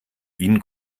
ihn